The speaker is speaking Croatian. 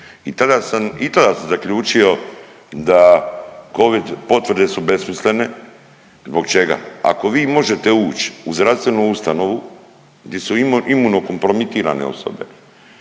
I tada sam zaključio da covid potvrde su besmislene. Zbog čega? Ako vi možete uć u zdravstvenu ustanovu gdje su imuno kompromitirane osobe,